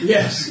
Yes